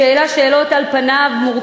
שהעלה שאלות מורכבות,